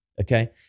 okay